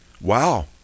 Wow